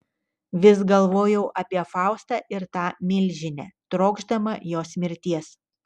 vis galvojau apie faustą ir tą milžinę trokšdama jos mirties